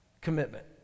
commitment